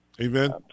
Amen